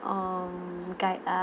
um guide u~